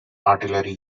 artillery